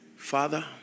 Father